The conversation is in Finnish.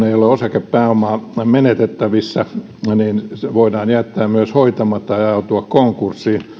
ei ole osakepääomaa menetettävissä niin ne voidaan jättää myös hoitamatta ja ne voivat ajautua konkurssiin